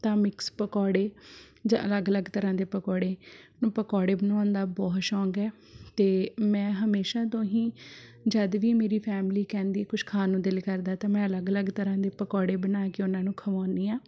ਤਾਂ ਮਿਕਸ ਪਕੌੜੇ ਜਾਂ ਅਲੱਗ ਅਲੱਗ ਤਰ੍ਹਾਂ ਦੇ ਪਕੌੜੇ ਪਕੌੜੇ ਬਣਾਉਣ ਦਾ ਬਹੁਤ ਸ਼ੌਂਕ ਹੈ ਅਤੇ ਮੈਂ ਹਮੇਸ਼ਾਂ ਤੋਂ ਹੀ ਜਦ ਵੀ ਮੇਰੀ ਫੈਮਿਲੀ ਕਹਿੰਦੀ ਕੁਛ ਖਾਣ ਨੂੰ ਦਿਲ ਕਰਦਾ ਤਾਂ ਮੈਂ ਅਲੱਗ ਅਲੱਗ ਤਰ੍ਹਾਂ ਦੇ ਪਕੌੜੇ ਬਣਾ ਕੇ ਉਹਨਾਂ ਨੂੰ ਖਵਾਉਂਦੀ ਹਾਂ